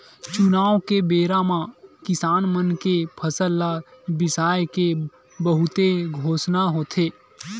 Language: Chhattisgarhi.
चुनाव के बेरा म किसान मन के फसल ल बिसाए के बहुते घोसना होथे